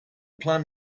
plan